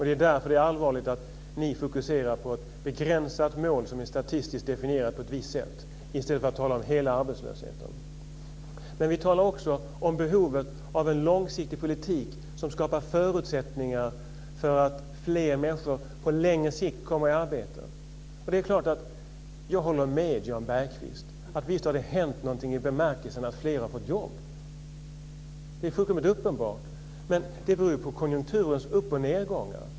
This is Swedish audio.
Det är därför som det är allvarligt att ni fokuserar på ett begränsat mål som är statistiskt definierat på ett visst sätt i stället för att tala om hela arbetslösheten. Vi talar också om behovet av en långsiktig politik som skapar förutsättningar för att fler människor på längre sikt kommer i arbete. Det är klart att jag håller med Jan Bergqvist om att visst har det hänt någonting i bemärkelsen att fler har fått jobb. Det är fullkomligt uppenbart. Men det beror ju på konjunkturens upp och nedgångar.